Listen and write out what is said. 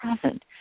present